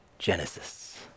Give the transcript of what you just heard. Genesis